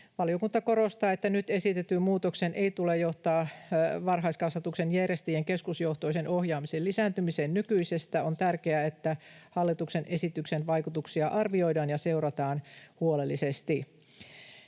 Valiokunta korostaa, että nyt esitetyn muutoksen ei tule johtaa varhaiskasvatuksen järjestäjien keskusjohtoisen ohjaamisen lisääntymiseen nykyisestä. On tärkeää, että hallituksen esityksen vaikutuksia arvioidaan ja seurataan huolellisesti.